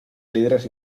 líderes